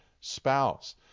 spouse